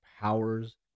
powers